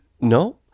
No